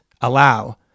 allow